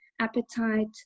appetite